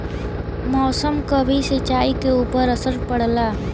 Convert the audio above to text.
मौसम क भी सिंचाई के ऊपर असर पड़ला